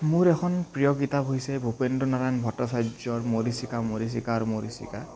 মোৰ এখম প্ৰিয় কিতাপ হৈছে ভূপেন্দ্ৰ নাৰায়ণ ভট্টাচাৰ্যৰ মৰীচিকা মৰীচিকা আৰু মৰীচিকা